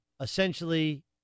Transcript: essentially